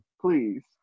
please